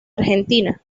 argentina